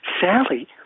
Sally